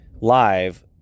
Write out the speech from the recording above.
live